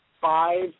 five